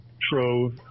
Trove